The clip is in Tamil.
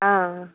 ஆ ஆ